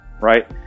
right